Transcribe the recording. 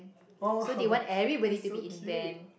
oh that's so cute